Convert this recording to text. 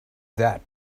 that